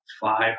five